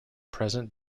present